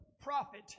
prophet